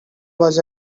was